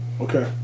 Okay